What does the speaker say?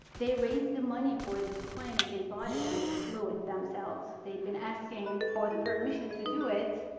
they raised the money for this plane and they bought it and they flew it themselves. they've been asking for the permission to do it,